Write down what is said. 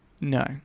No